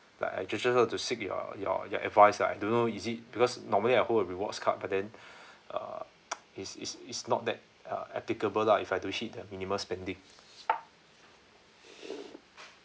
like I just to seek your your your advice like I don't know is it because normally I hold a rewards card but then uh it's it's it's not that uh applicable lah if I've to hit the minimum spending